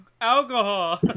alcohol